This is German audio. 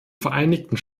vereinigten